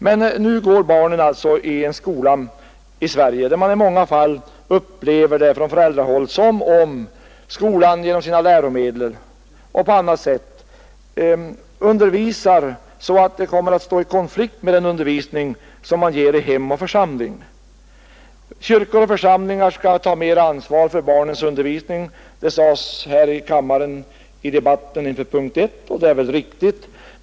Men nu går barnen i Sverige i en skola, som enligt många föräldrars uppfattning genom sina läromedel och på annat sätt ger en undervisning som står i konflikt med den undervisning som ges i hemmet och församlingen. Kyrkor och församlingar skall ta större ansvar för barnens undervisning, sades det i debatten under punkten 1, och det är väl riktigt.